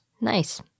Nice